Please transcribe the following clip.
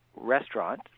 restaurant